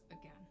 again